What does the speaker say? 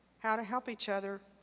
how to help each other,